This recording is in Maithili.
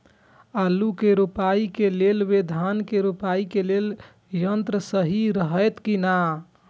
आलु के रोपाई के लेल व धान के रोपाई के लेल यन्त्र सहि रहैत कि ना?